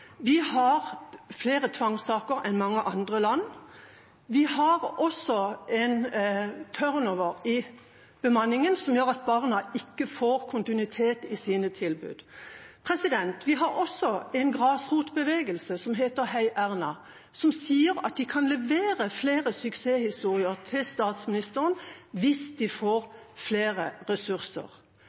Vi har flere tvangssaker enn mange andre land. Vi har også en turnover i bemanningen som gjør at barna ikke får kontinuitet i sine tilbud. Vi har også en grasrotbevegelse som heter #heierna, som sier at de kan levere flere suksesshistorier til statsministeren hvis de får flere ressurser.